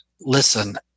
listen